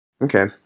Okay